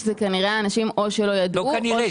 האנשים שרוצים להגיש זה כנראה אנשים או שלא ידעו או --- לא כנראה.